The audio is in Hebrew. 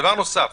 דבר נוסף,